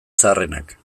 zaharrenak